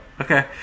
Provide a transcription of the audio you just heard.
okay